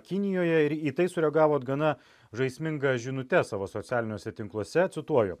kinijoje ir į tai sureagavot gana žaisminga žinute savo socialiniuose tinkluose cituoju